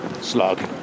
slug